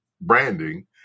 branding